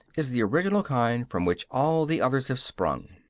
is the original kind from which all the others have sprung.